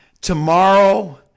tomorrow